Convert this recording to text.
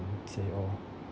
say oh